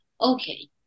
okay